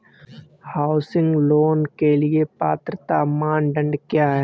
Housing loan के लिए पात्रता मानदंड क्या हैं?